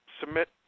Submit